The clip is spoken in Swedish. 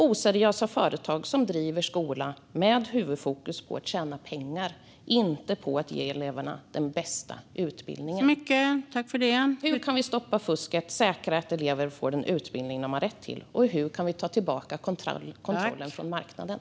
Oseriösa företag driver skola med huvudfokus på att tjäna pengar, inte på att ge eleverna den bästa utbildningen. Hur kan vi stoppa fusket och säkra att elever får den utbildning de har rätt till, och hur kan vi ta tillbaka kontrollen från marknaden?